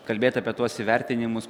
kalbėt apie tuos įvertinimus